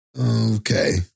Okay